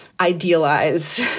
idealized